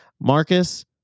Marcus